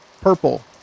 purple